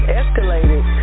escalated